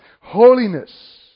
Holiness